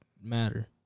matter